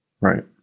Right